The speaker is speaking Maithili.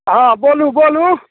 हँ बोलू बोलू